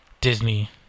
Disney